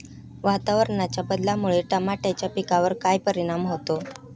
वातावरणाच्या बदलामुळे टमाट्याच्या पिकावर काय परिणाम होतो?